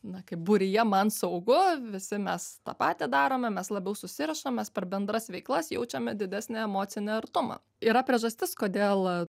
na kaip būryje man saugu visi mes tą patį darome mes labiau susirašam mes per bendras veiklas jaučiame didesnį emocinį artumą yra priežastis kodėl